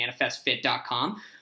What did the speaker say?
ManifestFit.com